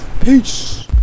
Peace